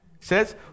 says